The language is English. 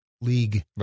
league